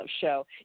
show